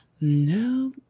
no